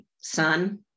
son